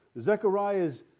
Zechariah's